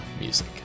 Music